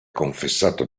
confessato